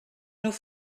nous